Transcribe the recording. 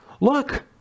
look